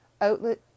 outlet